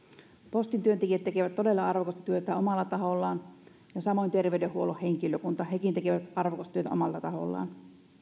postin työntekijät tekevät todella arvokasta työtä omalla tahollaan ja samoin terveydenhuollon henkilökunta hekin tekevät arvokasta työtä omalla tahollaan